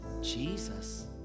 Jesus